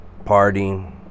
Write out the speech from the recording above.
partying